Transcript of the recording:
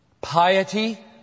Piety